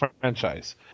franchise